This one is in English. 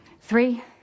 Three